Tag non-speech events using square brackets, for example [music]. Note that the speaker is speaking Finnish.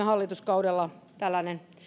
[unintelligible] hallituskaudella